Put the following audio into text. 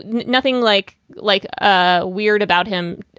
nothing like like ah weird about him.